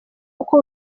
uko